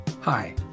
hi